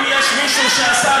שהחוק